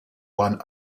one